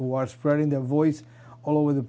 who are spreading their voice over the